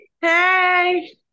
Hey